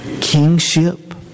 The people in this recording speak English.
kingship